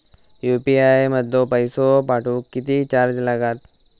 UPI मधलो पैसो पाठवुक किती चार्ज लागात?